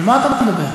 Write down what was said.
על מה אתה מדבר?